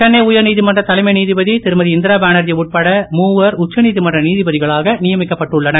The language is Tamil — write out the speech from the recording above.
சென்னை உயர் நீதிமன்ற தலைமை நீதிபதி திருமதிஇந்திரா பானர்ஜி உட்பட மூவர் உச்ச நீதிமன்ற நீதிபதிகளாக நியமிக்கப்பட்டுள்ளனர்